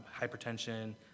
hypertension